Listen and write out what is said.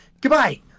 goodbye